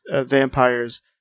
vampires